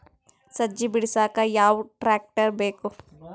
ಸಜ್ಜಿ ಬಿಡಸಕ ಯಾವ್ ಟ್ರ್ಯಾಕ್ಟರ್ ಬೇಕು?